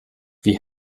wie